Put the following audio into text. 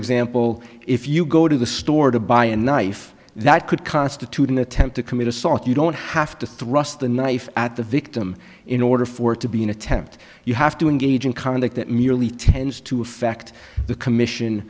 example if you go to the store to buy a knife that could constitute an attempt to commit assault you don't have to thrust the knife at the victim in order for it to be an attempt you have to engage in conduct that merely tends to affect the commission